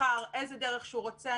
שיבחר איזו דרך שהוא רוצה,